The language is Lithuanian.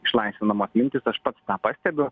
išlaisvinamos mintys aš pats tą pastebiu